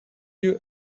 you